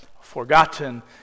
forgotten